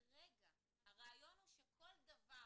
הרעיון הוא שכל דבר